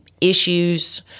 issues